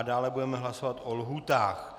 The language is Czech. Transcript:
Dále budeme hlasovat o lhůtách.